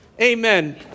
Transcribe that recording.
Amen